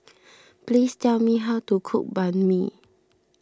please tell me how to cook Banh Mi